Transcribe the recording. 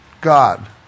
God